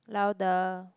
louder